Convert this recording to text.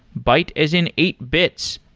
byte as in eight bits.